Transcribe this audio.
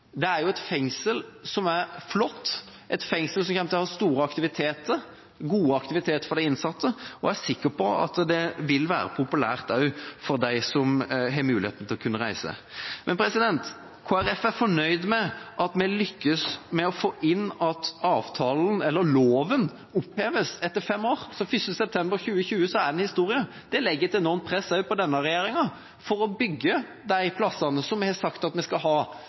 Det er et fengsel som er flott, et fengsel som kommer til å ha store aktiviteter, gode aktiviteter for de innsatte, og jeg er sikker på at det vil være populært også for dem som har muligheten til å kunne reise. Kristelig Folkeparti er fornøyd med at vi har lyktes med å få inn at loven oppheves etter fem år, så 1. september 2020 er den historie. Det legger også et enormt press på denne regjeringa for å bygge de plassene som vi har sagt at vi skal ha